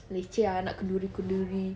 leceh ah nak kenduri-kenduri